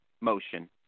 motion